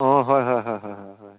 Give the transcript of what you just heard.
অঁ হয় হয় হয় হয় হয় হয়